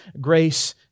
grace